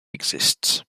exists